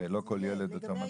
הרי לא כל ילד באותו מצב.